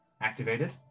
activated